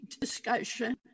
discussion